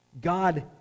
God